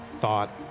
thought